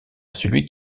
celui